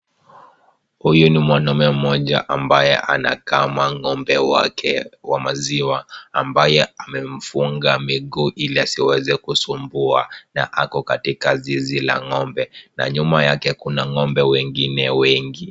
Huyu ni mwanaume mmoja ambaye anakama ng'ombe wake wa maziwa, ambaye amemfunga miguu ili asiweze kusumbua na ako katika zizi la ng'ombe na nyuma yake kuna ng'ombe wengine wengi.